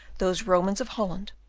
those romans of holland,